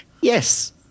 yes